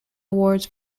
awards